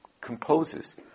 composes